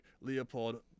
Leopold